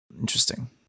interesting